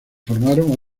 formaron